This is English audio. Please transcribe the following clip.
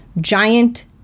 giant